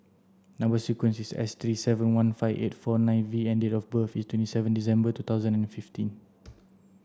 number sequence is S three seven one five eight four nine V and date of birth is twenty seven December two thousand and fifteen